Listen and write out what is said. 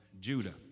Judah